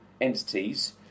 entities